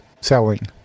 selling